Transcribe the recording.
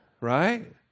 right